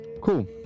cool